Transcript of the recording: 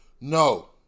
No